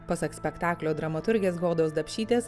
pasak spektaklio dramaturgės godos dapšytės